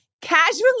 Casually